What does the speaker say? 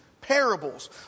parables